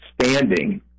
standing